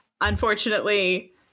Unfortunately